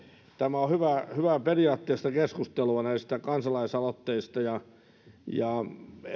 tämä on hyvää periaatteellista keskustelua näistä kansalaisaloitteista